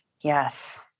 Yes